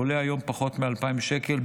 עולה היום פחות מ-2,000 שקל,